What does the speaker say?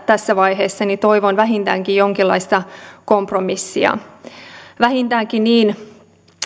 tässä vaiheessa niin toivon vähintäänkin jonkinlaista kompromissia vähintäänkin niin